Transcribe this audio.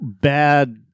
bad